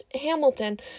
Hamilton